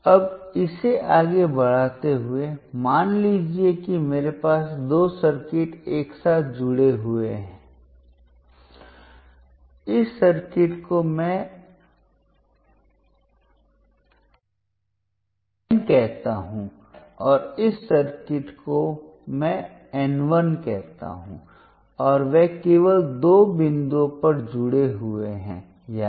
अब इसे आगे बढ़ाते हुए मान लीजिए कि मेरे पास दो सर्किट एक साथ जुड़े हुए थे इस सर्किट को मैं N कहता हूं और इस सर्किट को मैं N 1 कहता हूं और वे केवल दो बिंदुओं पर जुड़े हुए हैं यानी